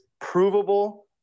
provable